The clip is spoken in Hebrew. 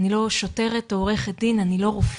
אני לא שוטרת או עורכת דין, אני לא רופאה.